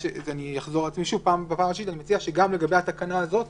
אחזור על עצמי שוב: אני מציע שגם לגבי התקנה הזאת